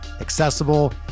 accessible